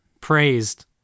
praised